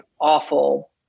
awful